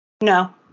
No